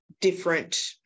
different